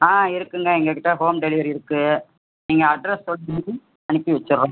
ஆ இருக்குங்க எங்ககிட்ட home delivery இருக்கு நீங்க அட்ரஸ் சொன்னதும் அனுப்பி வெச்சுர்றோம்